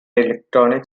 electronic